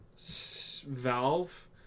Valve